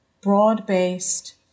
broad-based